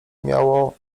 miało